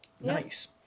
Nice